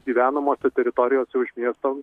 gyvenamose teritorijose už miesto